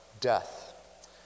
death